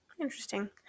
Interesting